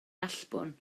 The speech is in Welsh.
allbwn